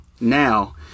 now